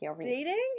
Dating